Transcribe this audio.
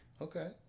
Okay